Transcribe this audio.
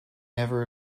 never